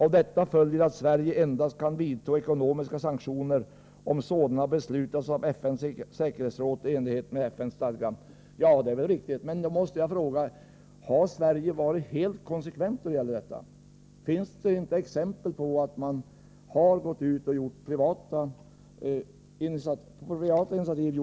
Av detta följer att Sverige endast kan vidta ekonomiska sanktioner om sådana beslutats av FN:s säkerhetsråd i enlighet med FN:s stadga.” Det som sägs här är väl riktigt. Men jag måste fråga: Har Sverige varit helt konsekvent när det gäller detta? Finns det inte exempel på att man har agerat på privat initiativ?